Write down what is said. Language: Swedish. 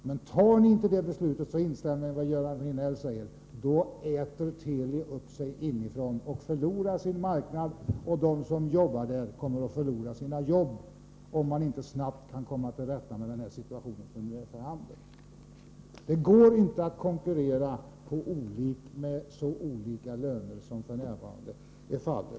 Men tar ni inte det beslutet, så instämmer jag i vad Göran Riegnell säger: Då äter Teli upp sig inifrån och förlorar sin marknad, och de som jobbar där kommer att förlora sina jobb — om man inte snabbt kan komma till rätta med den situation som nu är för handen. Det går inte att konkurrera med så olika löner som f. n. gäller.